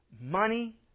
money